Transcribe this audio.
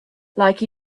like